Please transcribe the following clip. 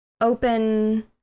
Open